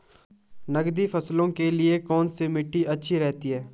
नकदी फसलों के लिए कौन सी मिट्टी अच्छी रहती है?